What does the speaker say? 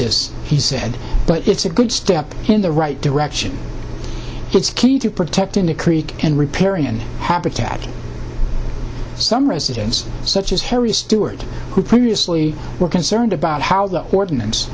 this he said but it's a good step in the right direction it's key to protect into creek and riparian habitat some residents such as harry stewart who previously were concerned about how the ordinance